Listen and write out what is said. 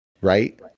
right